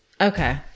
okay